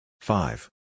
Five